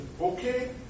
Okay